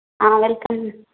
ஆ welcome